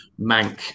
Mank